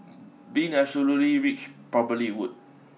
being absolutely rich probably would